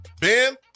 Ben